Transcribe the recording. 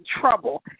trouble